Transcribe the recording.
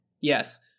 Yes